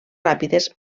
ràpides